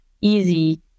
easy